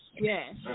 yes